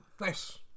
nice